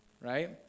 right